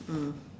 mm